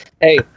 Hey